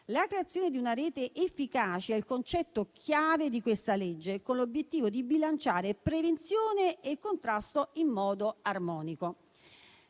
La creazione di una rete efficace è il concetto chiave di questa legge, con l'obiettivo di bilanciare prevenzione e contrasto in modo armonico.